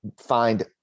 find